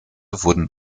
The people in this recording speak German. wurden